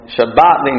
Shabbat